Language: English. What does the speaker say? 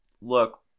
look